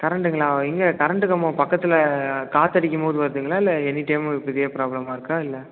கரெண்ட்டுங்களா எங்கே கரெண்ட்டு கம்பம் பக்கத்தில் காற்றடிக்கும் போது வருதுங்களா இல்லை எனி டைம்மு இப்போ இதே ப்ராபளமாக இருக்கா இல்லை